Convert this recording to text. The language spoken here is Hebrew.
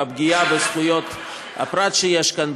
בפגיעה בזכויות הפרט שיש כאן,